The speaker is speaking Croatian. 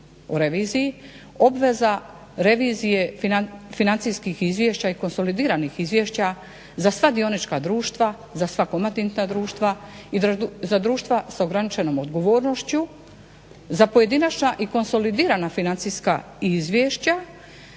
o reviziji obveza revizije financijskih izvješća i konsolidiranih izvješća za sva dionička društva za sva … društva i za društva sa ograničenom odgovornošću, za pojedinačna i konsolidirana financijska izvješća